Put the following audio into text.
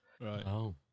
Right